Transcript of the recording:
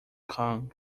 kong